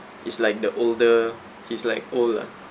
is like the older he's like old lah